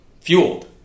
fueled